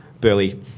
burley